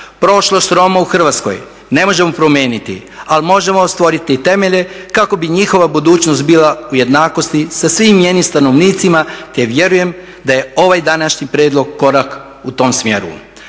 Prošlost Roma u Hrvatskoj ne možemo promijeniti ali možemo stvoriti temelje kako bi njihova budućnost bila u jednakosti sa svim njenim stanovnicima te vjerujem da je ovaj današnji prijedlog korak u tom smjeru.